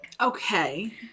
Okay